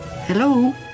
Hello